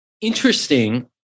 interesting